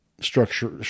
structure